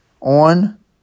on